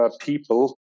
people